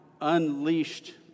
unleashed